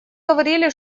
говорили